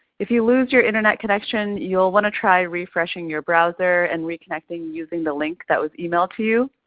if you lose your internet connection, you will want to try refreshing your browser and reconnecting using the link that was emailed to you.